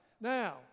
now